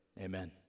Amen